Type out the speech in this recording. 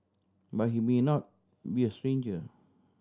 but he may not be a stranger